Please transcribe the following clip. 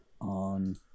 on